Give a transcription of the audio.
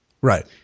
right